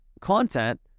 content